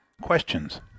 Questions